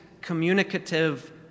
communicative